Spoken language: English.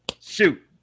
shoot